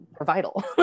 vital